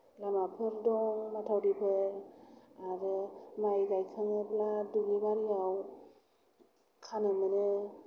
लामाफोर दं नाथाय बेफोर आरो माइ गायखाङोब्ला दुब्लि बारियाव खानो मोनो